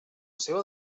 seva